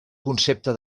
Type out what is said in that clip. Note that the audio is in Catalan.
concepte